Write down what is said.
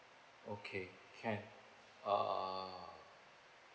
okay can uh